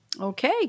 Okay